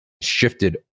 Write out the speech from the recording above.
shifted